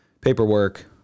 paperwork